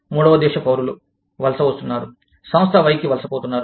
మూడవ దేశ పౌరులు వలస వస్తున్నారు సంస్థ Y కి వలసపోతున్నారు